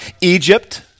Egypt